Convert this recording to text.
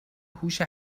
هوش